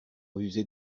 usé